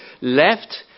left